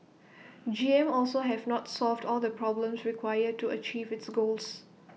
G M also have not solved all the problems required to achieve its goals